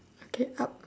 okay up